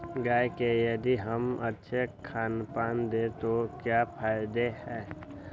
गाय को यदि हम अच्छा खानपान दें तो क्या फायदे हैं?